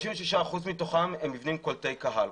56% מתוכם הם מבנים קולטי קהל.